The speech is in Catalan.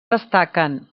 destaquen